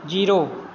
zero